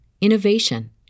innovation